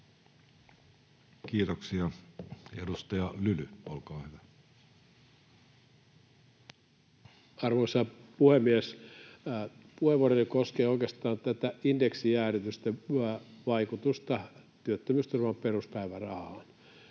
muuttamisesta Time: 18:37 Content: Arvoisa puhemies! Puheenvuoroni koskee oikeastaan indeksijäädytysten vaikutusta työttömyysturvan peruspäivärahaan.